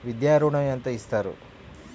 విద్యా ఋణం ఎంత ఇస్తారు?